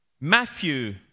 Matthew